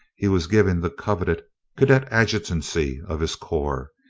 he was given the coveted cadet adjutancy of his corps.